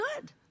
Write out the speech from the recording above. good